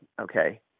okay